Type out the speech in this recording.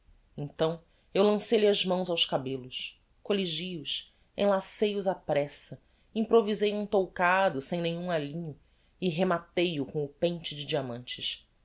então eu lancei lhe as mãos aos cabellos colligi os enlacei os á pressa improvisei um toucado sem nenhum alinho e rematei o com o pente de diamantes